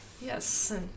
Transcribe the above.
Yes